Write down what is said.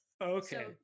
okay